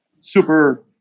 super